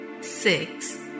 six